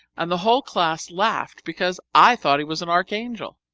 and the whole class laughed because i thought he was an archangel.